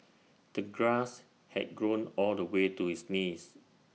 the grass had grown all the way to his knees